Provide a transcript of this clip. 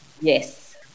Yes